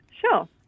sure